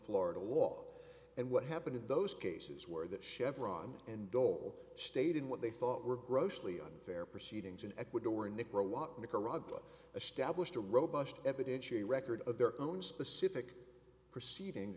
florida law and what happened in those cases where that chevron and dole stayed in what they thought were grossly unfair proceedings in ecuador and nick robot nicaragua established a robust evidentiary record of their own specific proceeding